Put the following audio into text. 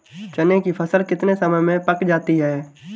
चने की फसल कितने समय में पक जाती है?